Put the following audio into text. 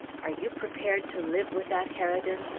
are you prepared to live with that harridan?